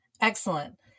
Excellent